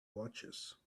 watches